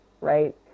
right